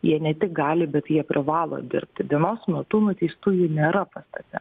jie ne tik gali bet jie privalo dirbti dienos metu nuteistųjų nėra pastate